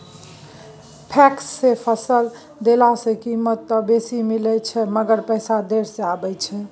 PACS मे फसल देला सॅ कीमत त बेसी मिलैत अछि मगर पैसा देर से आबय छै